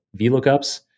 Vlookups